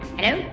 Hello